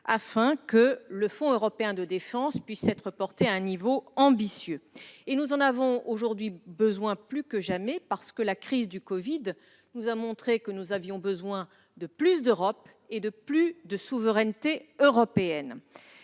afin que le fonds européen de défense puisse être porté à un niveau ambitieux. Ce dispositif est plus que jamais nécessaire. La crise du Covid a montré que nous avons besoin de plus d'Europe, de plus de souveraineté européenne.